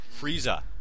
Frieza